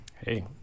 Hey